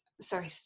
sorry